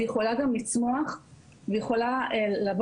והיא יכולה גם לצמוח והיא יכולה לעבור